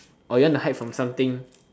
or you want to hide from something